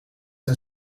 een